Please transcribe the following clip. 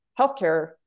healthcare